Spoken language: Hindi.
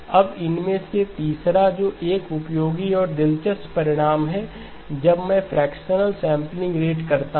अब इनमें से तीसरा जो एक उपयोगी और दिलचस्प परिणाम है जब मैं फ्रेक्शनल सैंपलिंग रेट करता हूं